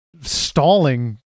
stalling